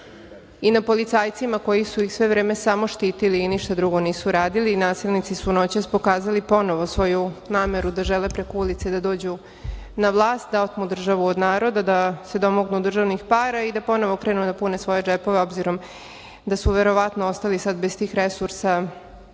i na policajcima koji su ih sve vreme samo štitili i ništa drugo nisu radili. Nasilnici su noćas pokazali ponovo svoju nameru da žele preko ulice da dođu na vlast, da otmu državu od naroda, da se domognu državnih para i da ponovo krenu da pune svoje džepove, obzirom da su verovatno ostali sada bez tih resursa,